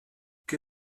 que